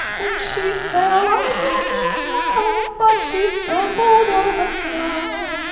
when she fell, i don't know how, but she stumbled o'er the plough,